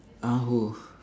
uh who